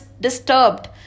disturbed